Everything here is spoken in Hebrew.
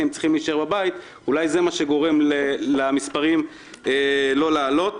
זה אולי מה שגורם למספרים לא לעלות.